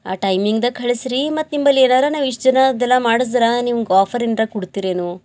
ಆ ಟೈಮಿಂಗ್ದ ಕಳಿಸಿರಿ ಮತ್ತು ನಿಂಬಳಿ ಏನಾರ ನಾವು ಇಷ್ಟು ಜನದ್ದೆಲ್ಲ ಮಾಡಸಿದ್ರಾ ನಿಮ್ಗೆ ಆಫರ್ ಏನ್ರ ಕೊಡ್ತಿರೇನು